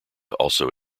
also